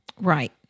Right